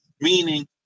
meaning